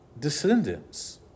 descendants